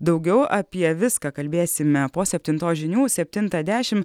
daugiau apie viską kalbėsime po septintos žinių septintą dešimt